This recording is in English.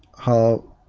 how